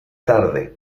tarde